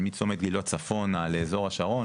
מצומת גילות צפונה לאזור השרון,